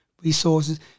resources